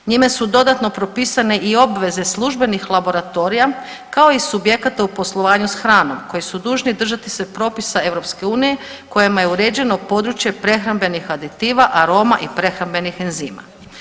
Njime su dodatno propisane i obveze službenih laboratorija kao i subjekata u poslovanju s hranom koji su dužni držati se propisa EU kojima je uređeno područje prehrambenih aditiva, aroma i prehrambenih enzima.